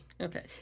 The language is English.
Okay